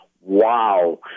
wow